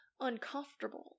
uncomfortable